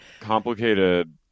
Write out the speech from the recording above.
complicated